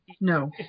no